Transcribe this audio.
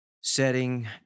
setting